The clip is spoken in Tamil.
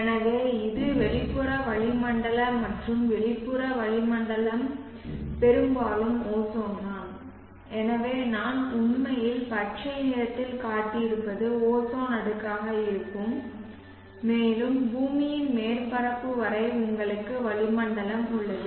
எனவே இது வெளிப்புற வளிமண்டலம் மற்றும் வெளிப்புற வளிமண்டலம் பெரும்பாலும் ஓசோன் தான் எனவே நான் உண்மையில் பச்சை நிறத்தில் காட்டியிருப்பது ஓசோன் அடுக்காக இருக்கும் மேலும் பூமியின் மேற்பரப்பு வரை உங்களுக்கு வளிமண்டலம் உள்ளது